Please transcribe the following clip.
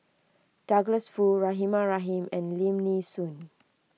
Douglas Foo Rahimah Rahim and Lim Nee Soon